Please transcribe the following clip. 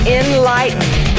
enlightened